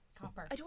copper